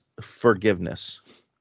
forgiveness